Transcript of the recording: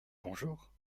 bonjour